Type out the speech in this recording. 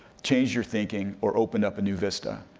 changed your thinking, or opened up a new vista.